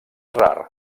rar